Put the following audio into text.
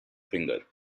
finger